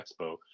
Expo